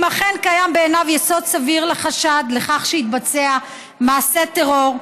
אם אכן קיים בעיניו יסוד סביר לחשד לכך שיתבצע מעשה טרור,